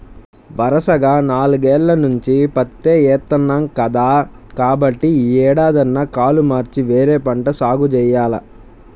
వరసగా నాలుగేల్ల నుంచి పత్తే ఏత్తన్నాం కదా, కాబట్టి యీ ఏడన్నా కాలు మార్చి వేరే పంట సాగు జెయ్యాల